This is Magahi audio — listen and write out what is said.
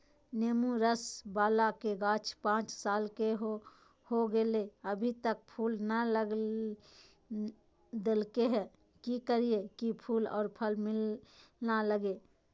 नेंबू रस बाला के गाछ पांच साल के हो गेलै हैं अभी तक फूल नय देलके है, की करियय की फूल और फल मिलना लगे?